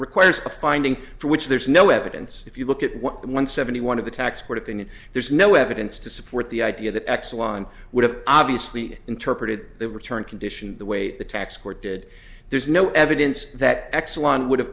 requires a finding for which there's no evidence if you look at one seventy one of the tax court opinion there's no evidence to support the idea that exelon would have obviously interpreted the return condition the way the tax court did there's no evidence that exelon would